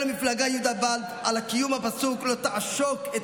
המפלגה יהודה ולד על קיום הפסוק: "לא תעשֹק את